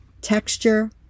texture